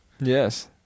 Yes